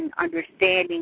understanding